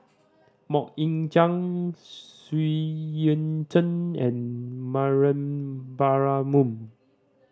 Mok Ying Jang Xu Yuan Zhen and Mariam Baharom